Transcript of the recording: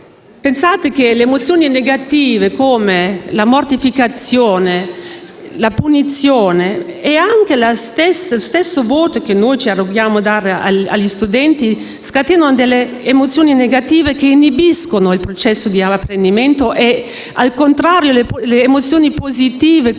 studenti. Pensate che la mortificazione, la punizione e anche lo stesso voto che noi ci arroghiamo di dare agli studenti scatenano delle emozioni negative che inibiscono il processo di apprendimento. Al contrario, le emozioni positive come l'apprezzamento